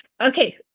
Okay